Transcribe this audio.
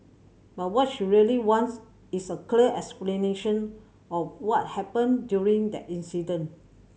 but what she really wants is a clear explanation of what happened during that incident